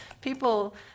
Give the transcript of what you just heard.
people